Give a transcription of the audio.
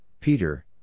Peter